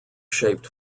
shaped